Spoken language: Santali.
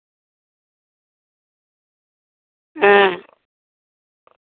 ᱦᱮᱸ